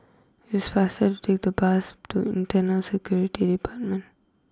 it's faster to take the bus to Internal Security Department